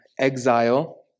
exile